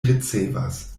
ricevas